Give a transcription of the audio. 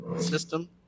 system